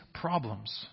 problems